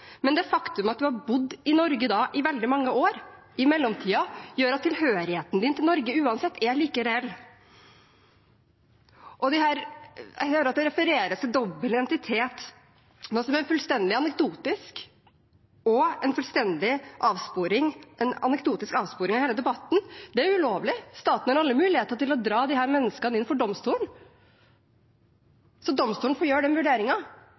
men det faktum at man har bodd i Norge i veldig mange år i mellomtiden, gjør at tilhørigheten til Norge uansett er like reell. Jeg hører det refereres til dobbel identitet, noe som er en fullstendig anekdotisk avsporing av hele debatten. Det er ulovlig. Staten har alle muligheter til å dra disse menneskene inn for domstolen, så domstolen får gjøre den